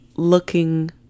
looking